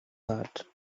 that